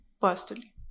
personally